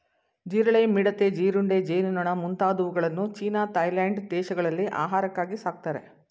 ಜಿರಳೆ, ಮಿಡತೆ, ಜೀರುಂಡೆ, ಜೇನುನೊಣ ಮುಂತಾದವುಗಳನ್ನು ಚೀನಾ ಥಾಯ್ಲೆಂಡ್ ದೇಶಗಳಲ್ಲಿ ಆಹಾರಕ್ಕಾಗಿ ಸಾಕ್ತರೆ